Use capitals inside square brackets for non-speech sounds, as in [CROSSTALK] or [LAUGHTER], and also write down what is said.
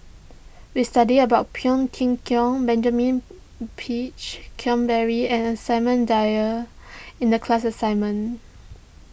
we studied about Phua Thin [UNINTELLIGIBLE] Benjamin Peach Keasberry and Samuel Dyer in the class assignment